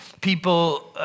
people